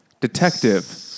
Detective